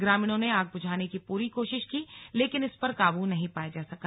ग्रामीणों ने आग बुझाने की पूरी कोशिश की लेकिन इस पर काबू नहीं पाया जा सका